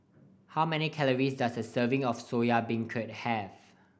how many calories does a serving of Soya Beancurd have